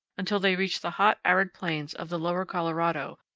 until they reach the hot, arid plains of the lower colorado,